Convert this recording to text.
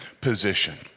position